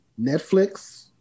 Netflix